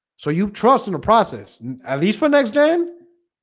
so you've trust in a process at least for next gen?